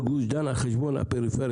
בגוש דן על חשבון הפריפריה?